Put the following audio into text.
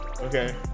Okay